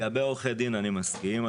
לגבי עורכי דין, אני מסכים.